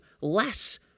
less